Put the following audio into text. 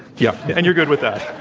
yeah yeah. and you're good with that.